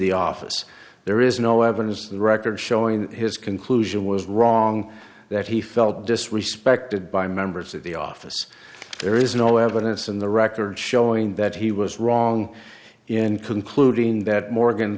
the office there is no evidence the record showing his conclusion was wrong that he felt disrespected by members of the office there is no evidence in the record showing that he was wrong in concluding that morgan